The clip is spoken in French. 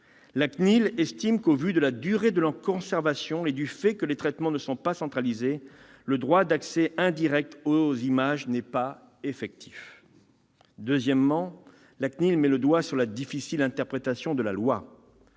la CNIL estime qu'au vu de la durée de leur conservation, et du fait que les traitements ne sont pas centralisés, le droit d'accès indirect aux images n'est pas effectif. Deuxièmement, la CNIL met le doigt sur la difficile interprétation de la loi